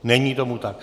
Není tomu tak.